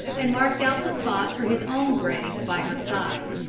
and marked out the spot for his own grave by her side.